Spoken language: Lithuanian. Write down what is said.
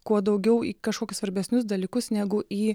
kuo daugiau į kažkokius svarbesnius dalykus negu į